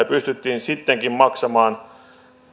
pystyttiin sittenkin maksamaan